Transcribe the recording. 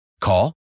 Call